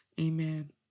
Amen